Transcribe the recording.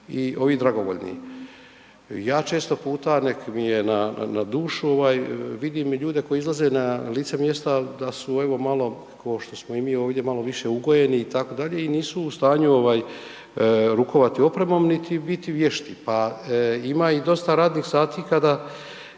i ovih dragovoljnih. Ja često puta, nek mi je na dušu, ovaj vidim i ljude koji izlaze na lice mjesta da su evo malo ko što smo i mi ovdje malo više ugojeni itd. i nisu u stanju rukovati opremom niti biti vješti, pa ima i dosta radnih sati kada,